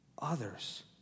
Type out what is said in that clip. others